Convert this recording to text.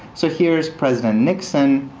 so here's president nixon